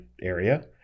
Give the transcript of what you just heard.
area